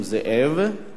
ואחריו,